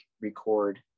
record